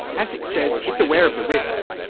asic says it's aware of the risks,